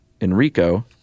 Enrico